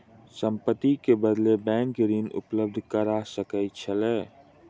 संपत्ति के बदले बैंक ऋण उपलब्ध करा सकै छै